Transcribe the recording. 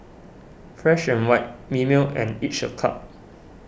Fresh and White Mimeo and Each A Cup